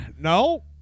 No